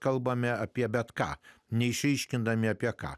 kalbame apie bet ką neišryškindami apie ką